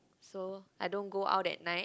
so I don't go out at night